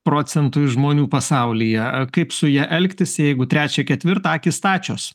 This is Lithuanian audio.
procentui žmonių pasaulyje a kaip su ja elgtis jeigu trečią ketvirtą akys stačios